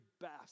best